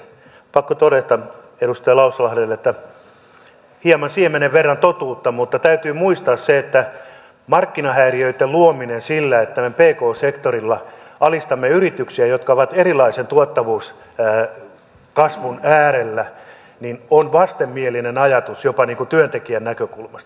pakko todeta edustaja lauslahdelle että siinä oli hieman siemenen verran totuutta mutta täytyy muistaa se että markkinahäiriöitten luominen sillä että me pk sektorilla alistamme yrityksiä jotka ovat erilaisen tuottavuuskasvun äärellä on vastenmielinen ajatus jopa työntekijän näkökulmasta